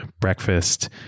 breakfast